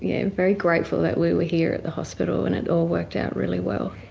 yeah very grateful that we were here at the hospital and it all worked out really well.